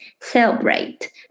celebrate